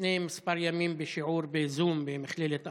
לפני כמה ימים, בשיעור בזום במכללת אחוה,